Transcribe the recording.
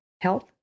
health